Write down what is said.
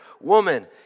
woman